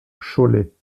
cholet